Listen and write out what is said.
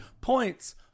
points